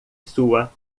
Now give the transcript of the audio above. sua